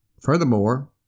Furthermore